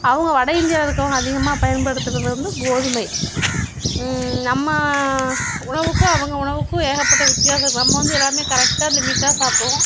அவங்க வடஇந்தியாவில் இருக்கிறவங்க வந்து அதிகமாக பயன்படுத்துவது வந்து கோதுமை நம்ம உணவுக்கும் அவங்க உணவுக்கும் ஏகப்பட்ட வித்யாசம் இருக்கு நம்ம வந்து எல்லாமே கரக்ட்டாக லிமிட்டாக சாப்பிடுவோம்